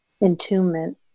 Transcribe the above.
entombment